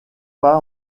pas